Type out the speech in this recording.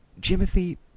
Jimothy